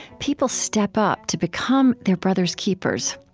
people step up to become their brother's keepers.